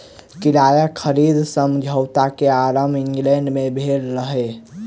किराया खरीद समझौता के आरम्भ इंग्लैंड में भेल रहे